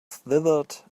slithered